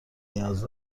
نیاز